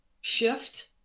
shift